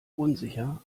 unsicher